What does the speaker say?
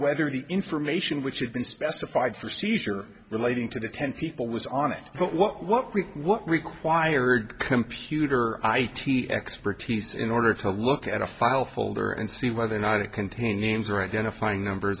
whether the information which had been specified for seizure relating to the ten people was on it but what what we what required computer i t expertise in order to look at a file folder and see whether or not it contained names or identifying number